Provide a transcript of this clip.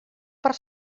per